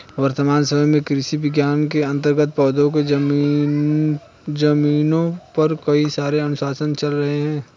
वर्तमान समय में कृषि विज्ञान के अंतर्गत पौधों के जीनोम पर कई सारे अनुसंधान चल रहे हैं